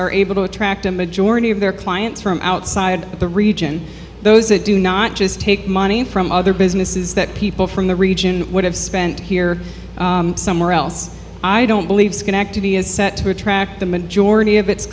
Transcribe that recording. are able to attract a majority of their clients from outside the region those that do not just take money from other businesses that people from the region would have spent here somewhere else i don't believe schenectady is set to attract the majority of its